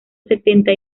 setenta